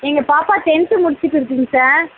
எங்கள் பாப்பா டென்த்து முடிச்சிவிட்டு இருக்குங்க சார்